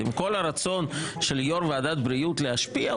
עם כל הרצון של יו"ר ועדת הבריאות להשפיע,